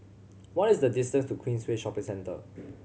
what is the distance to Queensway Shopping Centre